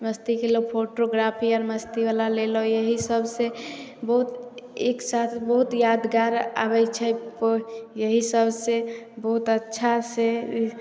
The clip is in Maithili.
मस्ती केलौहुॅं फोटोग्राफी आर मस्ती बला लेलहुॅं यही सबसे बहुत एक साथ बहुत यादगार आबै छै पोस्ट यही सबसे बहुत अच्छा से ई